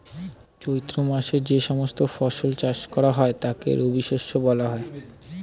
চৈত্র মাসে যে সমস্ত ফসল চাষ করা হয় তাকে রবিশস্য বলা হয়